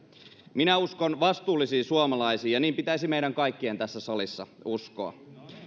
minä uskon vastuullisiin suomalaisiin ja niin pitäisi meidän kaikkien tässä salissa uskoa